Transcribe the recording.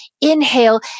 inhale